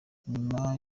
nyuma